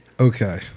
Okay